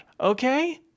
okay